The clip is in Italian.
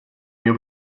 mio